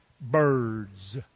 Birds